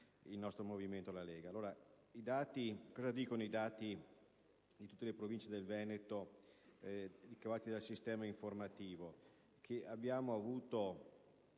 Grazie